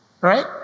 Right